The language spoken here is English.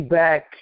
back